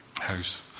house